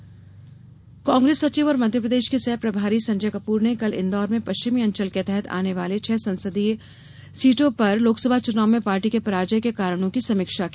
कांग्रेस समीक्षा कांग्रेस सचिव और मध्यप्रदेश के सह प्रभारी संजय कपूर ने कल इंदौर में पश्चिमी अंचल के तहत आने वाले छह संसदीय सीटों पर लोकसभा चुनाव में पार्टी के पराजय के कारणों की समीक्षा की